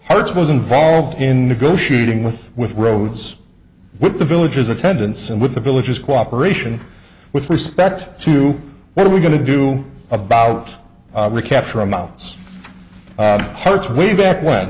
hers was involved in negotiating with with roads with the villages attendance and with the villages cooperation with respect to what are we going to do about recapture amounts hurts way back when